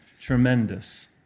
tremendous